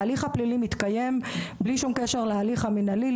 ההליך הפלילי מתקיים בלי שום קשר להליך המינהלי.